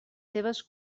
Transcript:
seves